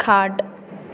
खाट